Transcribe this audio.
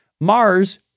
Mars